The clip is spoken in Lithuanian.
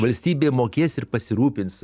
valstybė mokės ir pasirūpins